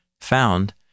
found